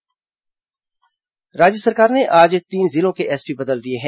तबादला राज्य सरकार ने आज तीन जिलों के एसपी बदल दिए हैं